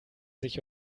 sich